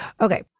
Okay